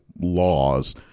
laws